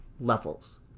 levels